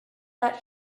that